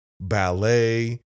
ballet